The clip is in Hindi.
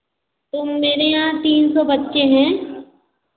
तो मेरे यहाँ तीन सौ बच्चे हैं